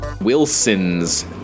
Wilson's